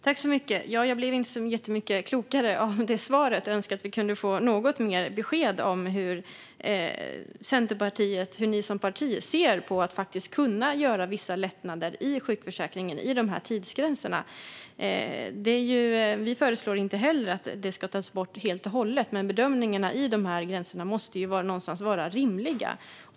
Fru talman! Jag blev inte så jättemycket klokare av svaret. Jag önskar att vi kunde få något mer besked om hur Centerpartiet som parti ser på att faktiskt kunna göra vissa lättnader i sjukförsäkringen vad gäller tidsgränserna. Vi föreslår inte heller att de ska tas bort helt och hållet, men bedömningarna av tidsgränserna måste ju vara rimliga.